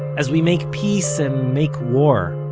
as we make peace and make war,